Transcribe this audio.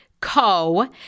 Co